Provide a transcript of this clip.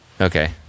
okay